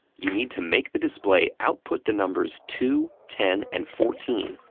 you need to make the display output the numbers two, ten, and fourteen,